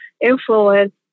influence